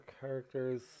characters